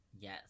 Yes